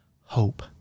Hope